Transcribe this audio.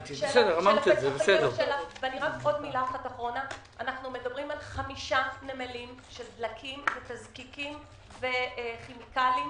אנחנו מדברים על 5 נמלים של דלקים ותזקיקים וכימיקלים,